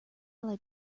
like